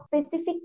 specific